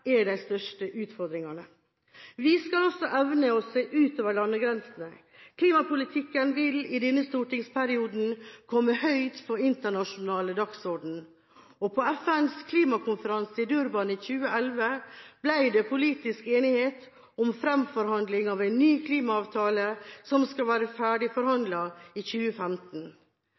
er de største utfordringene. Vi skal også evne å se utover landegrensene. Klimapolitikk vil i denne stortingsperioden komme høyt på den internasjonale dagsordenen. På FNs klimakonferanse i Durban i 2011 ble det politisk enighet om fremforhandling av en ny klimaavtale som skal være ferdigforhandlet i 2015.